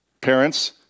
Parents